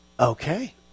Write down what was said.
Okay